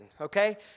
okay